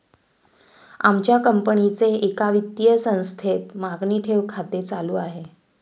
आमच्या कंपनीचे एका वित्तीय संस्थेत मागणी ठेव खाते चालू आहे